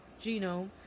genome